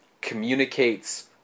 communicates